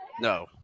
No